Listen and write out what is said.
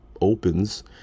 opens